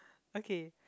okay